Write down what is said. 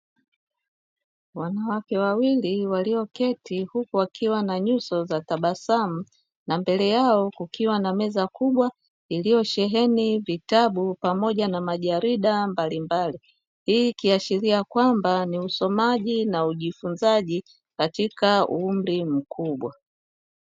Wanawake wawili walioketi, huku wakiwa na nyuso za tabasamu na mbele yao kukiwa na meza kubwa iliyosheheni vitabu pamoja na majarida mbalimbali. Hii ikiashiria kwamba ni usomaji na ujifunzaji katika umri mkubwa.